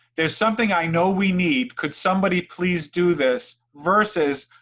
there's something i know we need, could somebody please do this versus